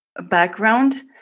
background